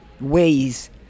ways